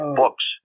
books